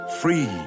Free